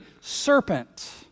serpent